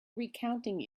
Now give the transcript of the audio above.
recounting